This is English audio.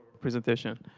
presentation. yeah.